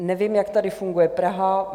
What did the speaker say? Nevím, jak tedy funguje Praha.